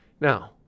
Now